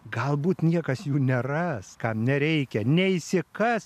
galbūt niekas jų neras kam nereikia neišsikas